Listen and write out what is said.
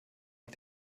auf